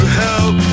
help